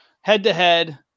head-to-head